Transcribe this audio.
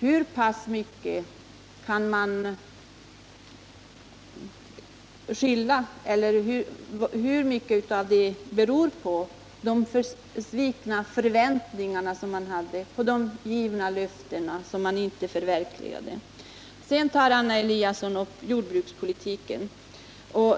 Hur mycket av den beror på de svikna förväntningarna, på de givna löften som inte förverkligades? Sedan tar Anna Eliasson upp jordbrukspolitiken.